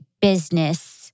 business